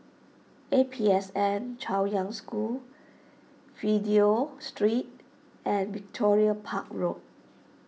A P S N Chaoyang School Fidelio Street and Victoria Park Road